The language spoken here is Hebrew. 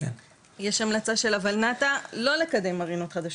יש המלצה של הוולנת"ע לא לקדם מרינות חדשות,